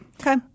Okay